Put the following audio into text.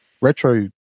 retro